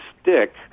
stick